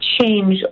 change